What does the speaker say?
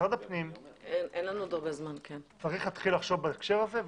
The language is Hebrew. משרד הפנים צריך להתחיל לחשוב בהקשר הזה.